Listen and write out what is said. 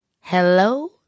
Hello